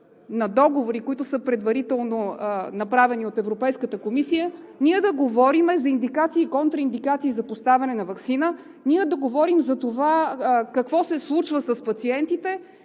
на договори, които са предварително направени от Европейската комисия, ние да говорим за индикации и контраиндикации за поставяне на ваксина, да говорим затова какво се случва с пациентите,